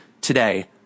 today